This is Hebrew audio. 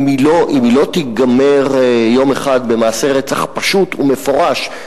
אם היא לא תיגמר יום אחד במעשה רצח פשוט ומפורש,